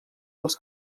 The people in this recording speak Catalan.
dels